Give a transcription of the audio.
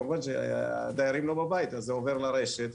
כמובן, כשהדיירים לא בבית, זה עובר לרשת.